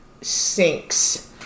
sinks